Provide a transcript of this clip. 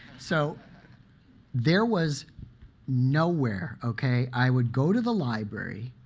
so there was nowhere, ok. i would go to the library,